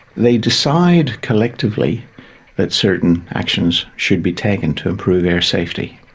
they decide collectively that certain actions should be taken to improve air safety,